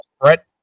Brett